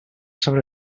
sobre